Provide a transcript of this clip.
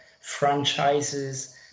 franchises